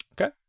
Okay